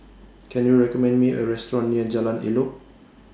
Can YOU recommend Me A Restaurant near Jalan Elok